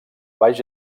baix